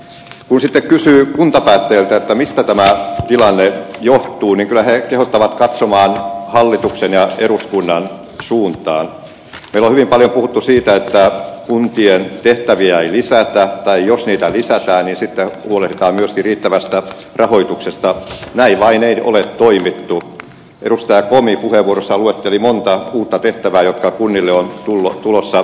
kun sitä kysyy onko mieltä että mistä tämä tilanne johtuu niin kyllä he kehottavat katsomaan hallituksen ja eduskunnan suuntaan jolla oli paljon puhuttu siitä että kuntien tehtäviä isältään ja jos niitä lisätään esittää puolestaan nosti riittävästä rahoituksesta jäi vain ei ole toimittu edustaa komi puheenvuorossaan luetteli monta mutta tehtävä jotta kunnille on tullut tulosta